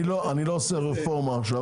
אני לא עושה רפורמה עכשיו,